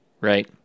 Right